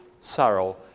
sorrow